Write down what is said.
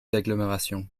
d’agglomération